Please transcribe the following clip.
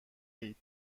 اید